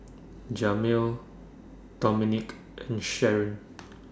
Jamil Dominik and Sharron